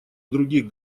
других